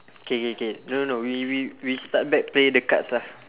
K K K no no no we we we start back play the cards ah